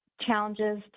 challenges